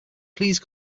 please